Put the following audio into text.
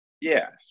yes